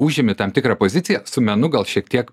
užimi tam tikrą poziciją su menu gal šiek tiek